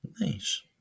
nice